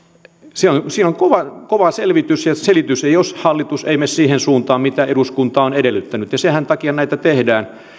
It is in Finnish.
siinä on siinä on kova kova selvitys ja selitys jos hallitus ei mene siihen suuntaan mitä eduskunta on edellyttänyt ja senhän takia näitä tehdään